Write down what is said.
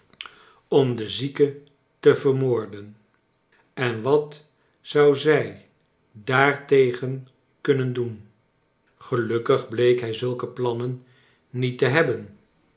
om de zieke te vermoorden en wat zou zij daartegen kunnen doen gelukkig bleek hij zulke plannen niet te hebben